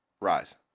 rise